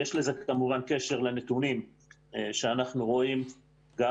יש לזה כמובן קשר לנתונים שאנחנו רואים גם